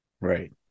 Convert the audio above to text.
Right